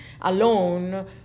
alone